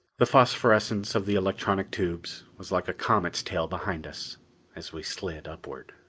the phosphorescence of the electronic tubes was like a comet's tail behind us as we slid upward.